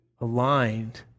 aligned